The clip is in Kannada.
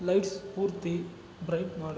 ಲೈಟ್ಸ್ ಪೂರ್ತಿ ಬ್ರೈಟ್ ಮಾಡು